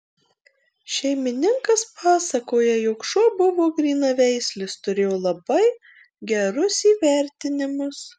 šeimininkas pasakoja jog šuo buvo grynaveislis turėjo labai gerus įvertinimus